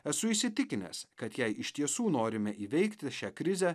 esu įsitikinęs kad jei iš tiesų norime įveikti šią krizę